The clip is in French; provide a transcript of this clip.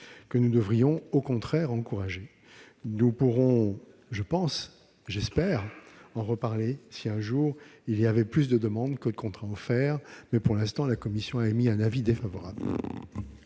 que nous devrions au contraire encourager. Nous pourrons, je pense, et je l'espère, en reparler si, un jour, il y avait plus de demandes que de contrats offerts. En conséquence, la commission a émis un avis défavorable